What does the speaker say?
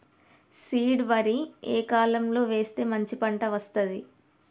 Seed వరి ఏ కాలం లో వేస్తే మంచి పంట వస్తది?